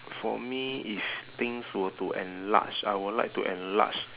for me if things were to enlarge I would like to enlarge